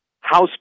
House